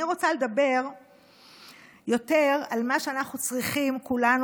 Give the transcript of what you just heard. אני רוצה לדבר יותר על מה שאנחנו צריכים כולנו,